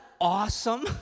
awesome